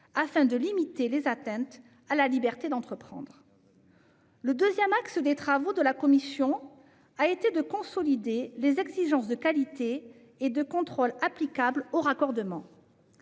manière à limiter les atteintes à la liberté d'entreprendre. Le deuxième axe des travaux de la commission a été de consolider les exigences de qualité et de contrôle applicables aux raccordements.